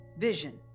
Vision